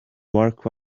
mark